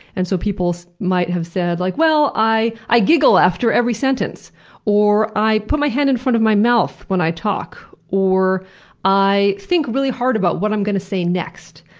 and so people might have said, like well, i i giggle after every sentence or i put my hand in front my mouth when i talk or i think really hard about what i'm going to say next.